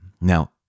Now